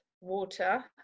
water